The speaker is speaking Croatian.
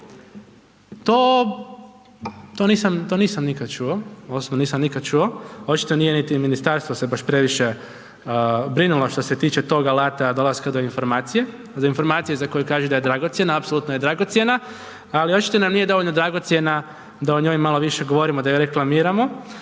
to nisam nikad čuo, odnosno nisam nikad čuo, očito nije ni ministarstvo se baš previše brinulo što se tiče tog alata, dolaska do informacije, za informacije za koje da je dragocjena, apsolutno je dragocjena, ali očito nam nije dovoljno dragocjena da o njoj malo više govorimo, da ju reklamiramo.